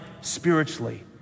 spiritually